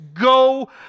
go